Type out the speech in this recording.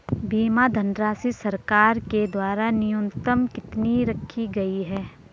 बीमा धनराशि सरकार के द्वारा न्यूनतम कितनी रखी गई है?